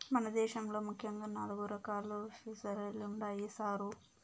మన దేశంలో ముఖ్యంగా నాలుగు రకాలు ఫిసరీలుండాయి సారు